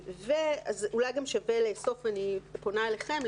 אולי גם שווה לאסוף אני פונה אליכם,